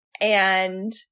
and-